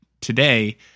today